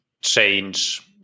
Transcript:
change